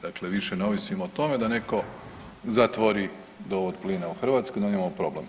Dakle, više ne ovisimo o tome da netko zatvori dovod plina u Hrvatsku, da imamo problem.